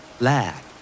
Lag